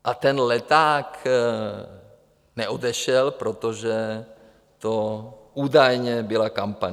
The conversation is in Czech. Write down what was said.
A ten leták neodešel, protože to údajně byla kampaň.